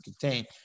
contain